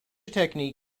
technique